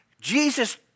Jesus